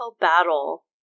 battle